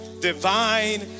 divine